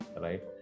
right